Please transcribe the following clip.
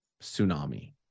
tsunami